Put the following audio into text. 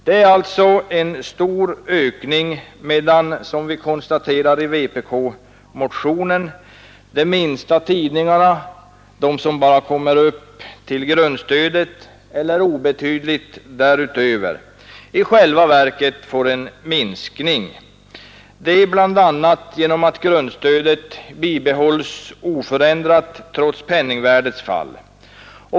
Det är alltså en stor ökning medan, som vi konstaterar i vpk-motionen, de minsta tidningarna — de som bara kommer upp till grundstödet eller obetydligt däröver — i själva verket får en minskning, bl.a. genom att grundstödet behålls oförändrat trots penningvärdets fall.